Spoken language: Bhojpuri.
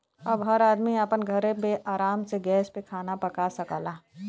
अब हर आदमी आपन घरे मे आराम से गैस पे खाना पका सकला